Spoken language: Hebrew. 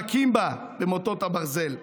מכים בה במוטות הברזל,